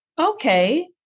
okay